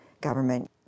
government